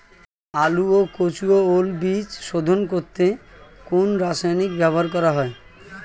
আলু ও কচু ও ওল বীজ শোধন করতে কোন রাসায়নিক ব্যবহার করা হয়?